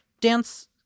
dance